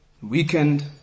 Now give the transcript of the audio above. Weekend